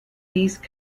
these